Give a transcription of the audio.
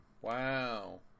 Wow